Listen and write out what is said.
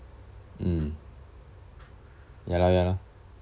mm ya lor ya lor